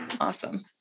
awesome